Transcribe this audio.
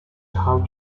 how